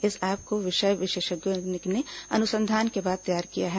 इस ऐप को विषय विशेषज्ञों ने अनुसंधान के बाद तैयार किया है